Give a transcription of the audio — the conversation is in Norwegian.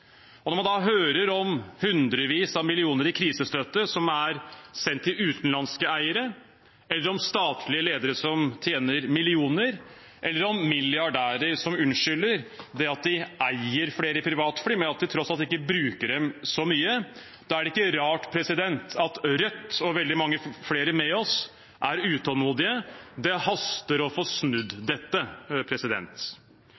Når man da hører om hundrevis av millioner kroner i krisestøtte som er sendt til utenlandske eiere, eller om statlige ledere som tjener millioner, eller om milliardærer som unnskylder det at de eier flere privatfly, med at de tross alt ikke bruker dem så mye, er det ikke rart at Rødt, og veldig mange med oss, er utålmodige. Det haster å få